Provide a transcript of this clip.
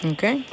Okay